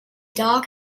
dog